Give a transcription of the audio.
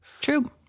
True